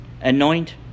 anoint